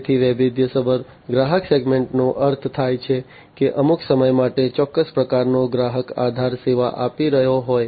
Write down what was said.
તેથી વૈવિધ્યસભર ગ્રાહક સેગમેન્ટ નો અર્થ થાય છે કે અમુક સમય માટે ચોક્કસ પ્રકારનો ગ્રાહક આધાર સેવા આપી રહ્યો હોય